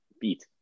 beat